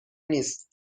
نیست